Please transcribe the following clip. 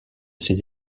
ses